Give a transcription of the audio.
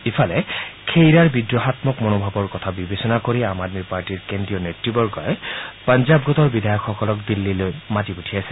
ইফালে খেইৰাৰ বিদ্ৰোহামক মনোভাৱৰ কথা বিবেচনা কৰি আম আদমী পাৰ্টীৰ কেন্দ্ৰীয় নেতবৰ্গই পঞ্জাব গোটৰ বিধায়কসকলক দিল্লীলৈ মাতি পঠিয়াইছে